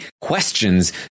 questions